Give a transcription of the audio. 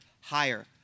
Higher